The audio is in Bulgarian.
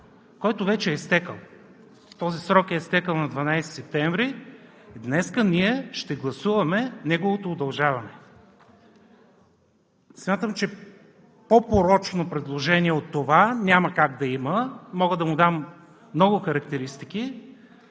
който вече е изтекъл. Този срок е изтекъл на 12 септември, а днес ние ще гласуваме неговото удължаване. Смятам, че по-порочно предложение от това няма как да има. Мога да му дам много характеристики.